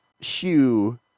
shoe